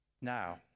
Now